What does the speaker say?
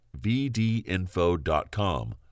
VDinfo.com